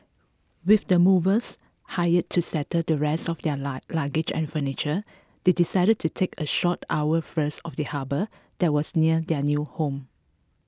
with the movers hired to settle the rest of their luggage and furniture they decided to take a short hour first of the harbour that was near their new home